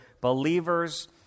believers